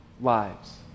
lives